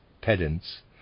pedants